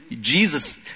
Jesus